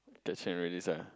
catch and release ah